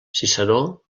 ciceró